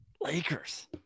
Lakers